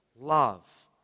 love